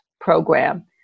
program